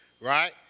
right